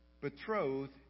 betrothed